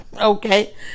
okay